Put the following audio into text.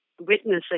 witnessing